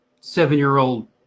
seven-year-old